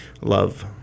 love